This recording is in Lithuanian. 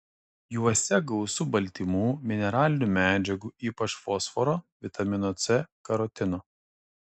juose gausu baltymų mineralinių medžiagų ypač fosforo vitamino c karotino